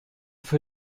für